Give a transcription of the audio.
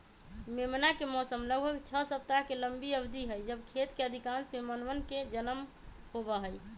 मेमना के मौसम लगभग छह सप्ताह के लंबी अवधि हई जब खेत के अधिकांश मेमनवन के जन्म होबा हई